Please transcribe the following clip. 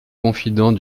confident